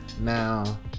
Now